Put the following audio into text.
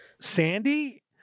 Sandy